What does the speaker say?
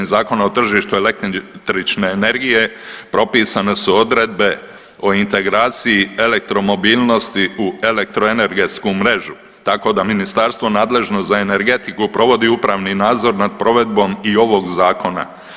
Zakona o tržištu električne energije propisane su odredbe o integraciji elektromobilnosti u elektroenergetsku mrežu tako da ministarstvo nadležno za energetiku provodi upravni nadzor nad provedbom i ovog zakona.